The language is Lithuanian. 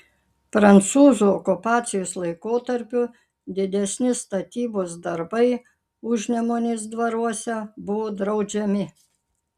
prancūzų okupacijos laikotarpiu didesni statybos darbai užnemunės dvaruose buvo draudžiami